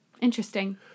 Interesting